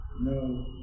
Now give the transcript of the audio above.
no